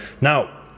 Now